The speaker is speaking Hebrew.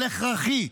אבל הכרחי,